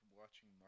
watching